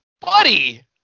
Buddy